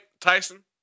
Tyson